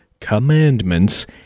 commandments